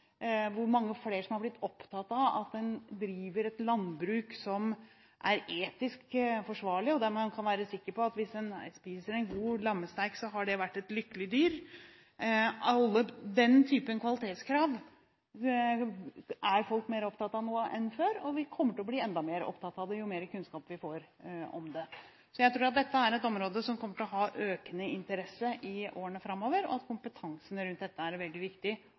Mange flere er blitt opptatt av at man driver et landbruk som er etisk forsvarlig, der man kan være sikker på, hvis man spiser en god lammestek, at det har vært et lykkelig dyr. Den type kvalitetskrav er folk mer opptatt av nå enn før, og vi kommer til å bli enda mer opptatt av det jo mer kunnskap vi får om det. Så jeg tror at dette er et område som kommer til å ha økende interesse i årene framover, og kompetansen rundt dette er det veldig viktig